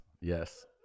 yes